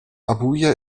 abuja